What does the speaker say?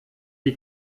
die